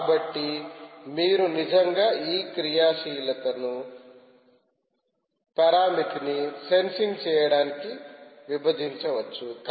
కాబట్టి మీరు నిజంగా ఈ క్రియాశీలతను పారామితిని సెన్సింగ్ చేయడానికి విభజించవచ్చు